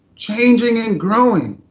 changing, and growing.